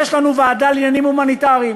יש לנו ועדה לעניינים הומניטריים,